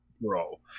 bro